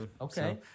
okay